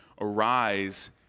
Arise